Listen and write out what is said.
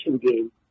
game